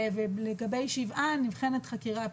ולגבי שבעה נבחנת חקירה פלילית.